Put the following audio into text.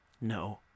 no